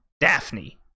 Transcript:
Daphne